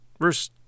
Verse